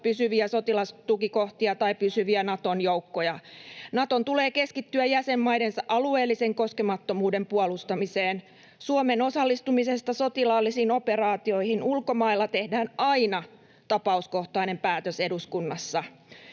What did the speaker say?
pysyviä sotilastukikohtia tai pysyviä Naton joukkoja. Naton tulee keskittyä jäsenmaidensa alueellisen koskemattomuuden puolustamiseen. Suomen osallistumisesta sotilaallisiin operaatioihin ulkomailla tehdään aina tapauskohtainen päätös eduskunnassa.